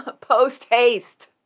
post-haste